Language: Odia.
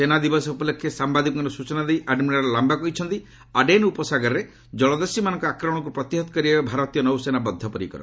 ସେନା ଦିବସ ଉପଲକ୍ଷେ ସାମ୍ଭାଦିକମାନଙ୍କୁ ସୂଚନା ଦେଇ ଆଡମିରାଲ୍ ଲାମ୍ଭା କହିଛନ୍ତି ଯେ ଆଡେନ୍ ଉପସାଗରରେ କଳଦସ୍ୟୁମାନଙ୍କର ଆକ୍ରମଣକୁ ପ୍ରତିହତ କରିବାରେ ଭାରତୀୟ ନୌସେନା ବଦ୍ଧ ପରିକର